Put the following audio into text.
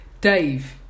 Dave